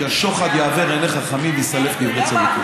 כי השוחד יעוור עיני חכמים ויסלף דברי צדיקים.